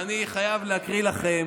ואני חייב להקריא לכם